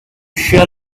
sure